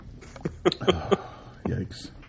Yikes